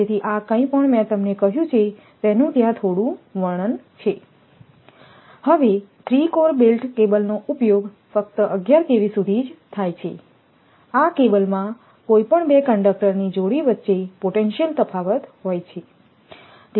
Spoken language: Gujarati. તેથી આ કંઈપણ મેં તમને કહ્યું છે તેનું ત્યાં થોડું વર્ણન છે હવે 3 કોર બેલ્ટ્ડ કેબલ્સનો ઉપયોગ ફક્ત 11 KV સુધી જ થાય છે આ કેબલમાં કોઈપણ 2 કંડક્ટરની જોડી વચ્ચે પોટેન્શિયલ તફાવત હોય છે